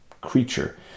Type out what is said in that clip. creature